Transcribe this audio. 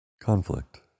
conflict